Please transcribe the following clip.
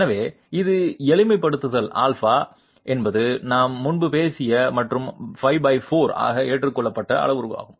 எனவே இது எளிமைப்படுத்தல் ஆல்பா என்பது நாம் முன்பு பேசிய மற்றும் 54 ஆக ஏற்றுக்கொள்ளப்பட்ட அளவுருவாகும்